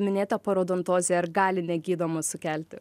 minėta parodontozė ar gali negydoma sukelti